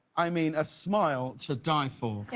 i mean a smile to die for. yeah